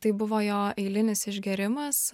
tai buvo jo eilinis išgėrimas